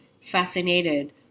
fascinated